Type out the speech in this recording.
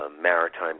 Maritime